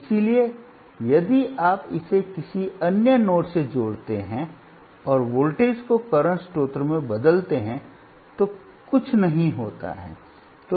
इसलिए यदि आप इसे किसी अन्य नोड से जोड़ते हैं और वोल्टेज को करंट स्रोत में बदलते हैं तो कुछ नहीं होता है